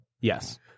Yes